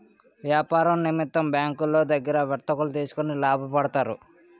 వ్యాపార నిమిత్తం బ్యాంకులో దగ్గర వర్తకులు తీసుకొని లాభపడతారు